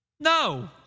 No